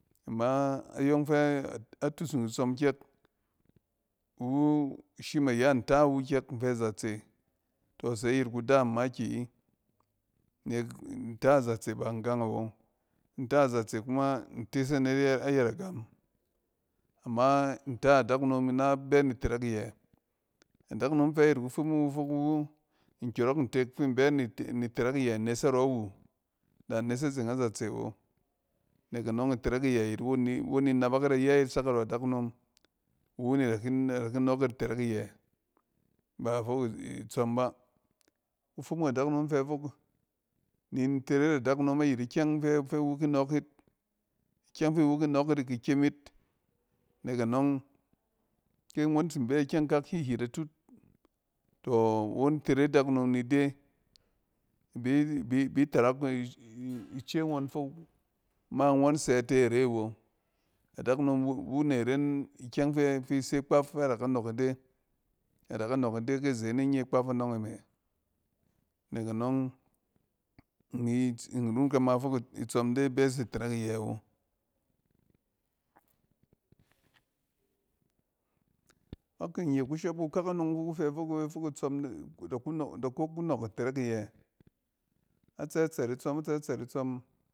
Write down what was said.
Ama ayↄng fɛ atusung itsↄm kyɛk, iwu shim y anta wu kyɛk in fɛ zatse, tↄ ase yit kudaam makiyi nek ntɛ a zatse ban gang awe. Nta zatse kuma in tes anet ayɛt agam. Ama nta dɛkunom, ina bɛ ni tɛrɛk iyɛ. Adakunom fɛ nayit kufumung wu fok iwu, nkↄrↄk ntek fin bɛ ni tɛrɛk iyɛ nes arↄ wu, da innes azeng azatse wo. Nek anↄng, itɛrɛk iyɛ yit, wonni won ninabak yit ayɛ yit sak arↄ dakunom. Iwu ne hin nɛ-adaki nↄↄk yit itɛrɛk iyɛ. Ba fok itsↄm ba. Kufumung adakunom fɛ fok ni ntere yit adakunom ayɛt ikyɛng fɛ-fi iwu ki nↄↄk yit ikyɛng fi wu ki nↄↄk yit iki kyem yit. Nek anↄng, ke ngↄng, ke ngↄn tsin bɛ kyɛng kak hyithyit atut, tↄ, won tere dakunom mi de ibi tarak ke ngↄn fok ma ngↄn sɛ tɛ re wo. Adakunom wu ne ren ikyɛng fɛ-fi se kpaf fɛ ad aka nↄↄk ide. Adaka nↄↄk ide kpaf ki zene nye anↄng e me. Nek anↄng, imi tsin run kɛma fok itsↄm de ibɛs ni tɛrɛk iyɛ wo. Ba kin nye kushop kukɛk anↄng fi ku fɛ fok-ɛ-fok itsↄm-n-da ku nↄ-da ko ku nↄↄk itɛrɛk iyɛ, a tsɛ tsɛɛt itsↄm, atsɛ tsɛɛt itsↄm.